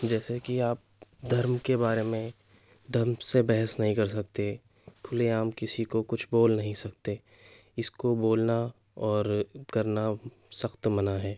جیسے کہ آپ دھرم کے بارے میں ڈھنگ سے بحث نہیں کر سکتے کُھلے عام کسی کو کچھ بول نہیں سکتے اِس کو بولنا اور کرنا سخت منع ہے